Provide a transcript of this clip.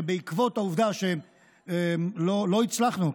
שבעקבות העובדה שלא הצלחנו,